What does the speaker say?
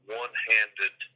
one-handed